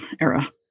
era